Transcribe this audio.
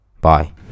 bye